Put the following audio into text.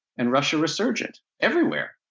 and russia resurgent. everywhere.